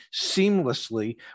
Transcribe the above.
seamlessly